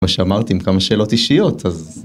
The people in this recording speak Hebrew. כמו שאמרתי, עם כמה שאלות אישיות, אז...